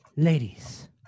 Ladies